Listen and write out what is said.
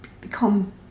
become